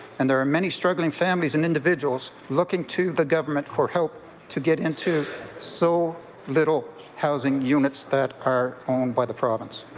and there are many struggling families and individuals looking to the government for help to get into those so little housing units that are owned by the province.